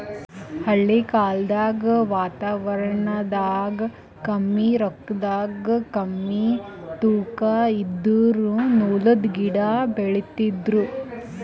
ಹಳಿ ಕಾಲ್ದಗ್ ವಾತಾವರಣದಾಗ ಕಮ್ಮಿ ರೊಕ್ಕದಾಗ್ ಕಮ್ಮಿ ತೂಕಾ ಇದಿದ್ದು ನೂಲ್ದು ಗಿಡಾ ಬೆಳಿತಿದ್ರು